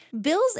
Bill's